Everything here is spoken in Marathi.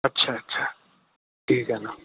अच्छाअच्छा ठीक आहे ना